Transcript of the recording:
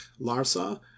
Larsa